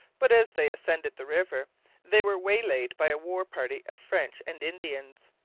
but as they ascended the river they were waylaid by a war-party of french and indians,